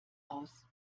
aus